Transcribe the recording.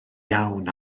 iawn